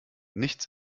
nichts